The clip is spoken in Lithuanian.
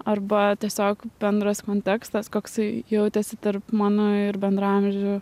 arba tiesiog bendras kontekstas koksai jautėsi tarp mano ir bendraamžių